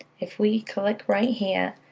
if we click right here,